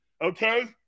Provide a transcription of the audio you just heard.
Okay